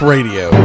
Radio